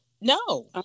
No